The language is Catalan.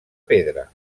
pedra